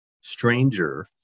stranger